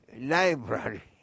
library